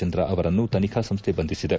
ಚಂದ್ರ ಅವರನ್ನು ತನಿಖಾ ಸಂಸ್ಲೆ ಬಂಧಿಸಿದೆ